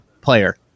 player